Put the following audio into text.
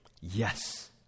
Yes